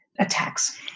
attacks